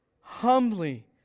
humbly